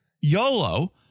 YOLO